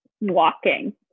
walking